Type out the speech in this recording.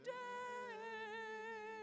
day